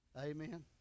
Amen